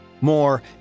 More